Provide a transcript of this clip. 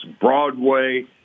Broadway